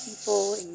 people